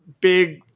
big